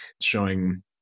showing